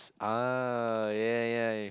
ah ya ya